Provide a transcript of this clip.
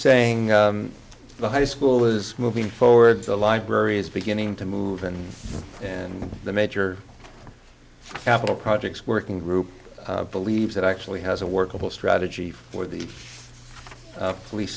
saying the high school is moving forward the library is beginning to move in and the major apple projects working group believes that actually has a workable strategy for the police